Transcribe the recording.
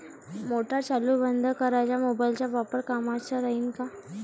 Motor चालू बंद कराच मोबाईलचा वापर कामाचा राहीन का?